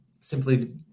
simply